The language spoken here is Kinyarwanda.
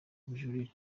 ubujurire